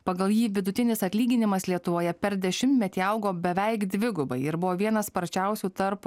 pagal jį vidutinis atlyginimas lietuvoje per dešimtmetį augo beveik dvigubai ir buvo vienas sparčiausių tarp